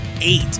eight